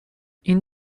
این